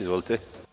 Izvolite.